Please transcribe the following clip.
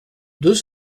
deux